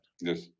Yes